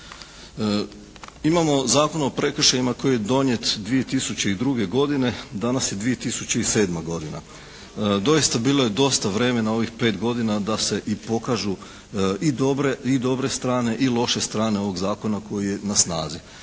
Imamo Zakon o prekršajima koji je donijet 2002. godine, danas je 2007. godina. Doista, bilo je dosta vremena ovih pet godina da se i pokažu i dobre strane i loše strane ovog zakona koji je na snazi.